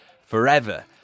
forever